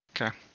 Okay